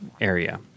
area